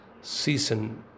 season